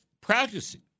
practicing